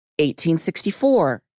1864